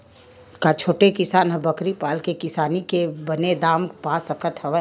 का छोटे किसान ह बकरी पाल के किसानी के बने दाम पा सकत हवय?